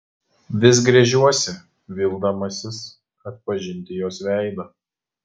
vis gręžiuosi vildamasis atpažinti jos veidą